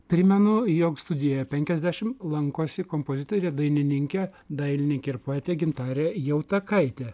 primenu jog studijoje penkiasdešimt lankosi kompozitorė dainininkė dailininkė ir poetė gintarė jautakaitė